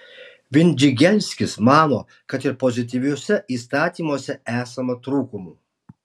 vindžigelskis mano kad ir pozityviuosiuose įstatymuose esama trūkumų